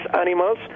animals